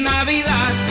Navidad